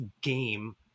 game